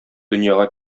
дөньяга